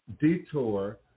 detour